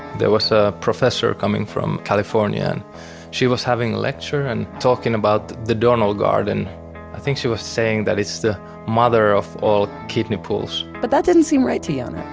there was a professor coming from california, and she was having a lecture and talking about the donnell garden. i think she was saying that it's the mother of all kidney pools. but that didn't seem right to yeah and